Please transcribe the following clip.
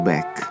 Back